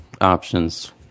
options